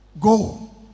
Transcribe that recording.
go